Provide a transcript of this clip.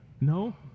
No